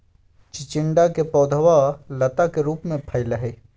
चिचिंडा के पौधवा लता के रूप में फैला हई